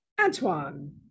Antoine